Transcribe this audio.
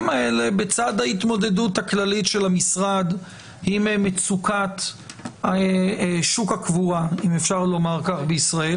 האלה לצד ההתמודדות הכללית של המשרד עם מצוקת תחום הקבורה בישראל.